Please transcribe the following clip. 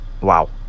wow